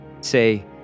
say